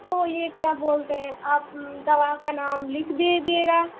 तो ये क्या बोलते हैं आप दवा का नाम लिख दीजिएगा